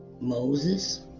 Moses